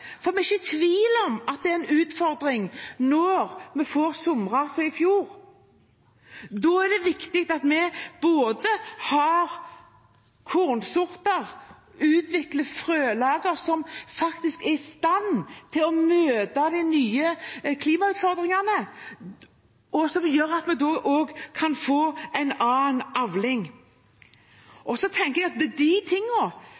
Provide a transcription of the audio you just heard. for det er ikke tvil om at det er en utfordring når vi får somre som i fjor. Da er det viktig at vi har kornsorter og utvikler frølagre som gjør oss i stand til å møte de nye klimautfordringene, og som gjør at vi kan få en annen avling.